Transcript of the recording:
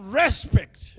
respect